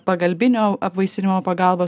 pagalbinio apvaisinimo pagalba